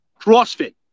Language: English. crossfit